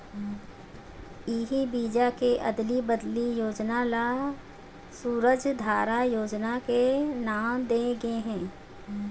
इही बीजा के अदली बदली योजना ल सूरजधारा योजना के नांव दे गे हे